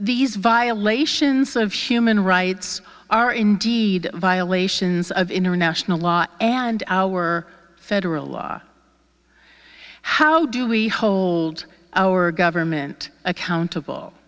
these violations of human rights are indeed violations of international law and our federal law how do we hold our government accountable